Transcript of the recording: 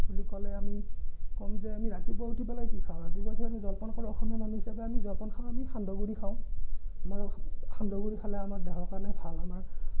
বুলি ক'লে আমি ক'ম যে আমি ৰাতিপুৱা উঠি পেলাই কি খাওঁ আমি জলপান অসমীয়া মানুহ হিচাপে আমি জলপান খাওঁ আমি সান্দহগুৰি খাওঁ আমাৰ সান্দহগুৰি খালে আমাৰ দেহৰ কাৰণে ভাল আমাৰ